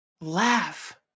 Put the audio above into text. Laugh